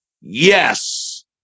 yes